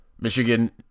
Michigan